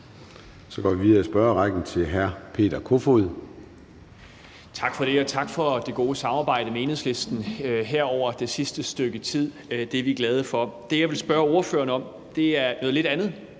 Så går vi videre i spørgerækken til hr. Peter Kofod. Kl. 17:12 Peter Kofod (DF): Tak for det, og tak for det gode samarbejde med Enhedslisten her over det sidste stykke tid. Det er vi glade for. Det, jeg vil spørge ordføreren om, er noget lidt andet.